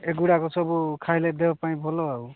ଏଗୁଡ଼ାକ ସବୁ ଖାଇଲେ ଦେହ ପାଇଁ ଭଲ ଆଉ